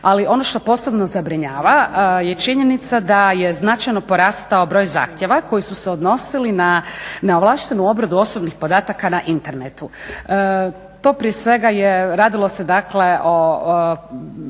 Ali ono što posebno zabrinjava je činjenica da je značajno porastao broj zahtjeva koji su se odnosili na neovlaštenu obradu osobnih podataka na internetu. To prije svega je radilo se, dakle o